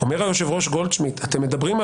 אומר היושב-ראש גולדשמידט: אתם מדברים על